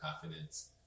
confidence